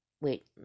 Wait